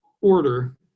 order